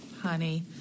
Honey